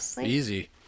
easy